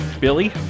Billy